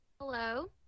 Hello